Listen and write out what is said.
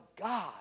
God